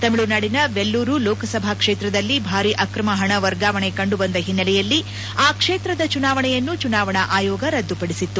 ತಮಿಳುನಾಡಿನ ವೆಲ್ಲೂರು ಲೋಕಸಭಾ ಕ್ಷೇತ್ರದಲ್ಲಿ ಭಾರಿ ಅಕ್ರಮ ಹಣ ವರ್ಗಾವಣೆ ಕಂಡುಬಂದ ಹಿನ್ನೆಲೆಯಲ್ಲಿ ಆ ಕ್ಷೇತ್ರದ ಚುನಾವಣೆಯನ್ನು ಚುನಾವಣಾ ಆಯೋಗ ರದ್ದುಪದಿಸಿತ್ತು